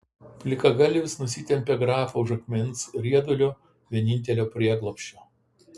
plikagalvis nusitempė grafą už akmens riedulio vienintelio prieglobsčio